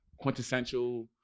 quintessential